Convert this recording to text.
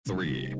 Three